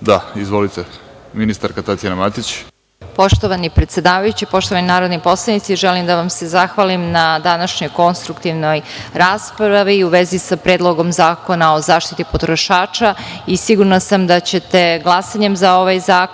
(Da)Izvolite, ministarka Tatjana Matić. **Tatjana Matić** Poštovani predsedavajući, poštovani narodni poslanici, želim da vam se zahvalim na današnjoj konstruktivnoj raspravi u vezi sa Predlogom zakona o zaštiti potrošača i sigurna sam da ćete glasanjem za ovaj zakon